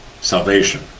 salvation